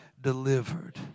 delivered